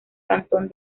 cantón